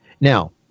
Now